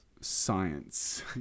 Science